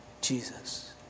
Jesus